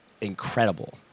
incredible